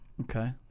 Okay